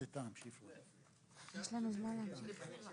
הם יבדקו את זה, אם יש מעלון זמני.